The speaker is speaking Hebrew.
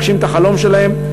להגשים את החלום שלהם.